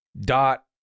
dot